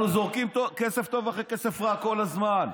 אנחנו זורקים כסף טוב אחרי כסף רע כל הזמן.